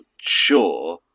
sure